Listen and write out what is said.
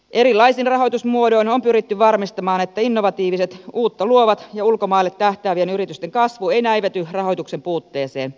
erilaisin rahoitusmuodoin on pyritty varmistamaan että innovatiivisten uutta luovien ja ulkomaille tähtäävien yritysten kasvu ei näivety rahoituksen puutteeseen